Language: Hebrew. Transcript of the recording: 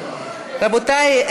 רבותי,